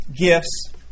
gifts